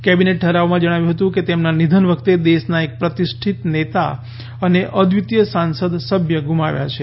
cabinet ઠરાવમાં જણાવ્યું હતું કે તેમના નિધન વખતે દેશના એક પ્રતિષ્ઠિત નેતા અને અદ્વિતીય સંસદ સભ્ય ગુમાવ્યા છે